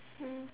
mm